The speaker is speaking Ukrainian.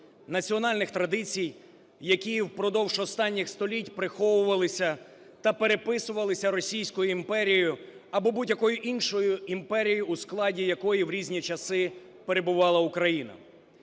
національних традицій, які впродовж останніх століть приховувалися та переписувалися Російською імперією або будь-якою іншої імперією, у складі якої в різні часи перебувала Україна.